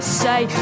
say